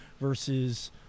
versus